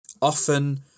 often